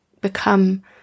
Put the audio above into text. become